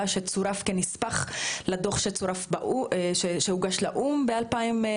שצורף כנספח לדוח שהוגש לאו"ם ב-2019.